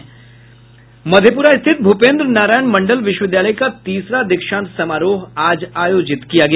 मधेप्ररा स्थित भूपेंद्र नारायण मंडल विश्वविद्यालय का तीसरा दीक्षांत समारोह आज आयोजित किया गया